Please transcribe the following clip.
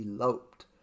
eloped